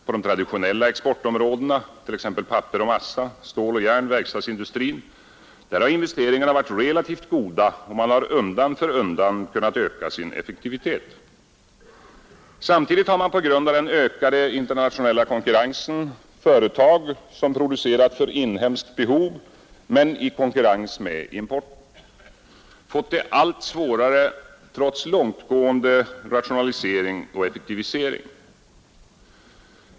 På de traditionella exportområdena — t.ex. papper och massa, stål och järn samt verkstadsindustri — har investeringarna varit relativt goda och man har undan för undan kunnat öka sin effektivitet. Samtidigt har på grund av den ökade internationella konkurrensen företag som producerat för inhemskt behov men i konkurrens med importen fått det allt svårare trots långtgående rationalisering och effektivisering.